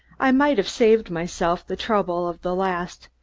i might have saved myself the trouble of the last,